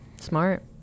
smart